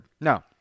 No